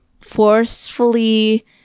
forcefully